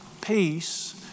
peace